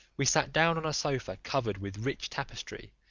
we sat down on a sofa covered with rich tapestry,